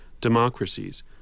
democracies